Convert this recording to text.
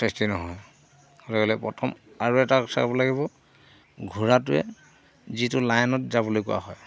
সৃষ্টি নহয় লৈ গ'লে প্ৰথম আৰু এটা চাব লাগিব ঘোঁৰাটোৱে যিটো লাইনত যাবলৈ কোৱা হয়